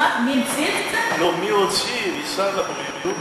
מי הוציא ממשרד הבריאות